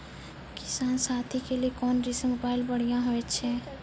किसान साथी के लिए कोन कृषि मोबाइल बढ़िया होय छै?